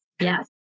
Yes